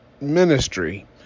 ministry